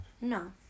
no